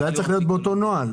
זה היה צריך להיות באותו נוהל,